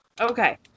Okay